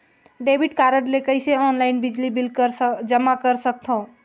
Debit card ले कइसे online बिजली बिल जमा कर सकथव?